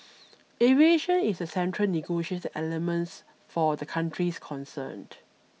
aviation is a central negotiating elements for the countries concerned